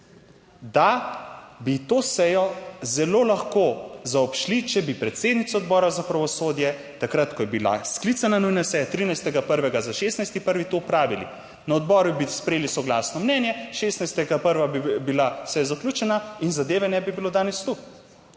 da bi to sejo zelo lahko zaobšli, če bi predsednica Odbora za pravosodje takrat, ko je bila sklicana nujna seja, 13. 1. za 16. 1., to opravili. Na odboru, bi sprejeli soglasno mnenje, 16. 1. bi bila seja zaključena in zadeve ne bi bilo danes tu.